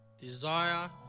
Desire